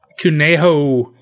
Kuneho